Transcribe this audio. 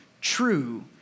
true